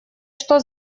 что